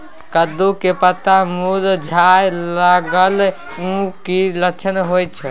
कद्दू के पत्ता मुरझाय लागल उ कि लक्षण होय छै?